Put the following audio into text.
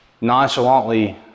nonchalantly